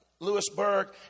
Lewisburg